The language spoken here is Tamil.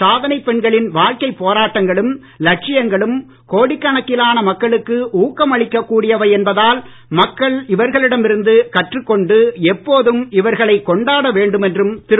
சாதனைப் பெண்களின் வாழ்க்கைப் போராட்டங்களும் லட்சியங்களும் கோடிக் கணக்கிலான மக்களுக்கு ஊக்கமளிக்க கூடியவை என்பதால் மக்கள் இவர்களிடம் இருந்து கற்று கொண்டு எப்போதும் இவர்களை கொண்டாட வேண்டும் என்றும் திரு